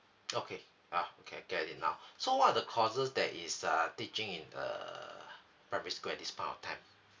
okay yeah can get it now so what are the courses that is uh teaching in the primary school at this point of time